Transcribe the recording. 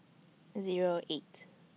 Zero eight